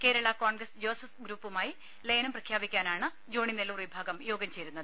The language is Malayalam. കേരള കോൺഗ്രസ് ജോസഫ് ഗ്രൂപ്പുമായി ലയനം പ്രഖ്യാപി ക്കാനാണ് ജോണി നെല്ലൂർ വിഭാഗം യോഗം ചേരുന്നത്